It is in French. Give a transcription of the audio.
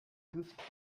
coûte